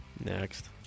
Next